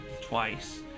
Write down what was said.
twice